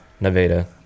Nevada